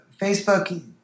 Facebook